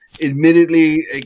admittedly